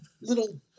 little